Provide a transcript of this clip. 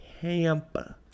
Tampa